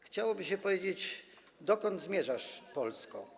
Chciałoby się powiedzieć: Dokąd zmierzasz, Polsko?